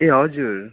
ए हजुर